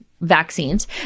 vaccines